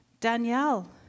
Danielle